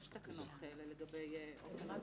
יש כאלה תקנות לגבי אופן הדיווח.